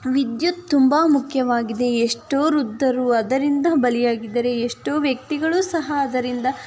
ವಿದ್ಯುತ್ ತುಂಬ ಮುಖ್ಯವಾಗಿದೆ ಎಷ್ಟೋ ವೃದ್ದರು ಅದರಿಂದ ಬಲಿಯಾಗಿದ್ದಾರೆ ಎಷ್ಟೋ ವ್ಯಕ್ತಿಗಳು ಸಹ ಅದರಿಂದ